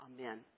Amen